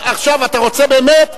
עכשיו אתה רוצה באמת,